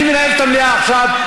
אני מנהל את המליאה עכשיו,